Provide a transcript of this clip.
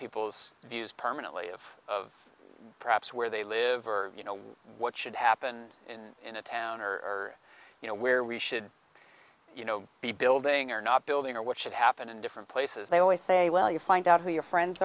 people's views permanently of perhaps where they live or you know what should happen in a town or you know where we should you know be building or not building or what should happen in different places they always say well you find out who your friends